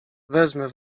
wezmę